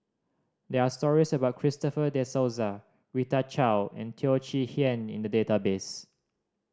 there are stories about Christopher De Souza Rita Chao and Teo Chee Hean in the database